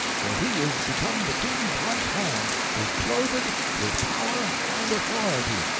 for he is become the king's right hand, is clothed with power and authority,